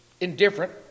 indifferent